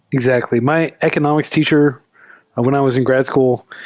exactly. my econom ics teacher when i was in grad school,